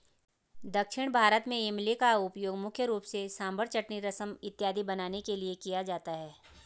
दक्षिण भारत में इमली का उपयोग मुख्य रूप से सांभर चटनी रसम इत्यादि बनाने के लिए किया जाता है